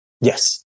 Yes